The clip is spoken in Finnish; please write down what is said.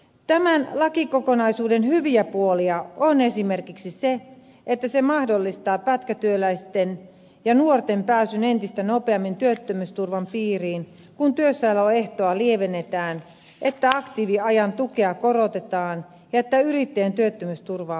tämän lakikokonaisuuden hyviä puolia on esimerkiksi se että se mahdollistaa pätkätyöläisten ja nuorten pääsyn entistä nopeammin työttömyysturvan piiriin kun työssäoloehtoa lievennetään että aktiiviajan tukea korotetaan ja että yrittäjän työttömyysturvaa parannetaan